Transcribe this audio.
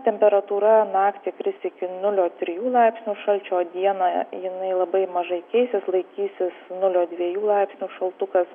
temperatūra naktį kris iki nulio trijų laipsnių šalčio o dieną jinai labai mažai keisis laikysis nulio dviejų laipsnių šaltukas